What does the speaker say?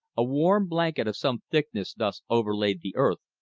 a warm blanket of some thickness thus overlaid the earth,